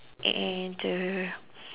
and the